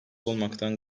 olmaktan